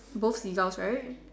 both seagulls right